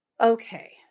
Okay